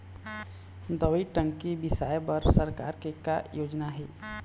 दवई टंकी बिसाए बर सरकार के का योजना हे?